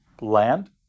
land